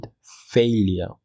failure